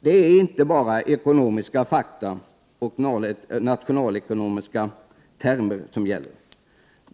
Det är inte bara ekonomiska fakta och nationalekonomin som gäller.